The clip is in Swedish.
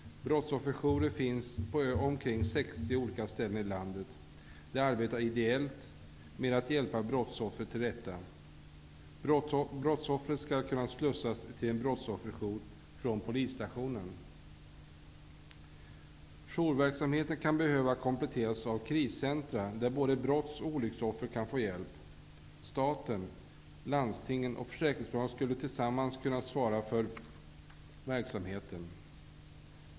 Brottsofferjourer finns på omkring 60 olika ställen i landet. De arbetar ideellt med att hjälpa brottsoffer till rätta. Brottsoffret skall kunna slussas till en brottsofferjour från polisstationen. Jourverksamheten kan behöva kompletteras av kriscentrum där både brotts och olycksoffer kan få hjälp. Staten, landstingen och försäkringsbolagen skulle tillsammans kunna svara för verksamheten.